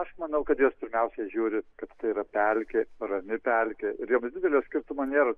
aš manau kad jos pirmiausiai žiūri kad tai yra pelkė rami pelkė ir joms didelio skirtumo nėra